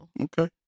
okay